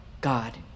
God